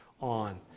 on